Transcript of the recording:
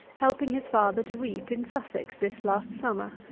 helping his father to reap, in sussex, this last summer.